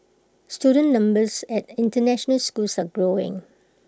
student numbers at International schools are growing